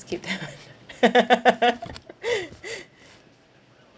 skip that [one]